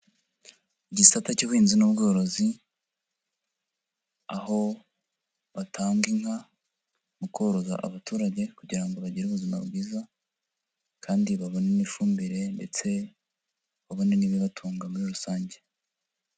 Igisata cy'ubuhinzi n'ubworozi, aho batanga inka mu koroza abaturage kugira ngo bagire ubuzima bwiza kandi babone n'ifumbire ndetse babone n'ibibatunga muri rusange.